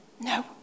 No